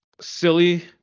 silly